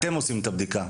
אתם עושים את הבדיקה?